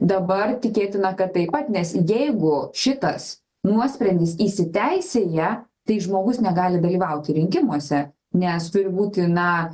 dabar tikėtina kad taip pat nes jeigu šitas nuosprendis įsiteisėja tai žmogus negali dalyvauti rinkimuose nes turi būti na